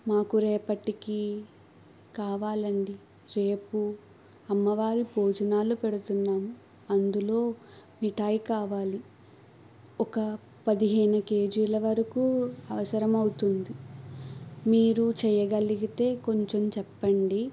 మాకు రేపటికి కావాలండీ రేపు అమ్మవారు భోజనాలు పెడుతున్నాం అందులో మిఠాయి కావాలి ఒక పదహేను కేజీల వరకు అవసరమవుతుంది మీరు చేయగలిగితే కొంచం చెప్పండి